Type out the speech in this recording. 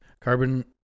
Carbon